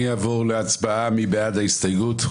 נצביע על הסתייגות 212 מי בעד?